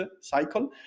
cycle